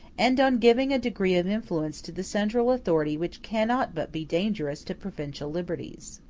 and on giving a degree of influence to the central authority which cannot but be dangerous to provincial liberties.